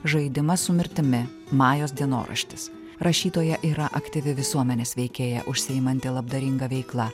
žaidimas su mirtimi majos dienoraštis rašytoja yra aktyvi visuomenės veikėja užsiimanti labdaringa veikla